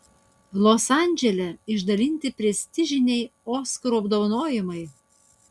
los andžele išdalinti prestižiniai oskarų apdovanojimai